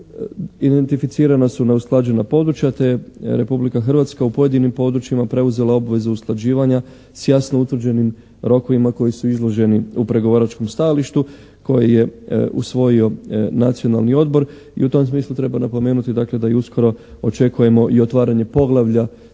identificirana su neusklađena područja te je Republika Hrvatska u pojedinim područjima preuzela obvezu usklađivanja sa jasno utvrđenim rokovima koji su izloženi u pregovaračkom stajalištu koji je usvojio Nacionalni odbor. I u tom smislu treba napomenuti dakle da i uskoro očekujemo i otvaranje poglavlja